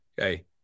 Okay